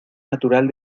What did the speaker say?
natural